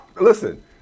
listen